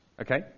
Okay